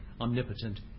omnipotent